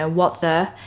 ah what the?